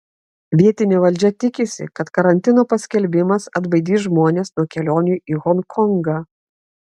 vietinė valdžia tikisi kad karantino paskelbimas atbaidys žmones nuo kelionių į honkongą